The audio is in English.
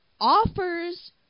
offers